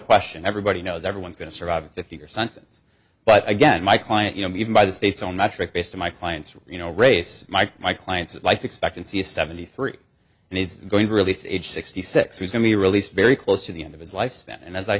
question everybody knows everyone is going to survive a fifty year sentence but again my client you know even by the state's own metric based on my client's you know race my my client's life expectancy is seventy three and he's going to release it sixty six he's going to be released very close to the end of his lifespan and as i